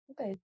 Okay